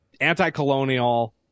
anti-colonial